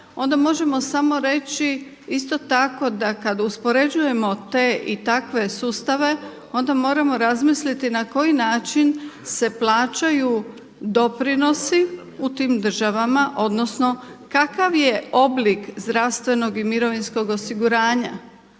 onda možemo samo reći isto tako da kada uspoređujemo te i takve sustave onda moramo razmisliti na koji način se plaćaju doprinosi u tim državama, odnosno kakav je oblik zdravstvenog i mirovinskog osiguranja,